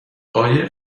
قایق